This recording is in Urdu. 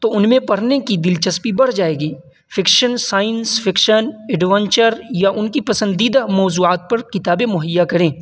تو ان میں پرھنے کی دلچسپی بڑھ جائے گی فکشن سائنس فکشن ایڈونچر یا ان کی پسندیدہ موضوعات پر کتابیں مہیا کریں